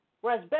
Whereas